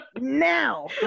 Now